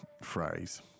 phrase